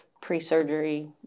pre-surgery